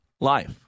life